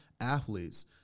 athletes